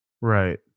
Right